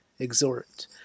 exhort